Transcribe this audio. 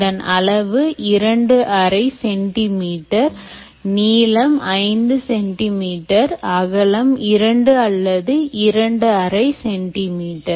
இதன் அளவு 2 அரை செண்டி மீட்டர் நீளம் 5 சென்டிமீட்டர் அகலம் இரண்டு அல்லது இரண்டு அரை சென்டிமீட்டர்